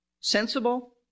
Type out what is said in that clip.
Sensible